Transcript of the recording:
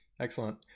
Excellent